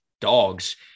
dogs